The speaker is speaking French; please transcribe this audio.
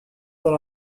dans